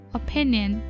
opinion